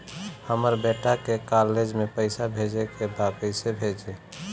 हमर बेटा के कॉलेज में पैसा भेजे के बा कइसे भेजी?